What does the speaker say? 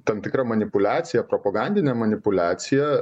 tam tikra manipuliacija propagandine manipuliacija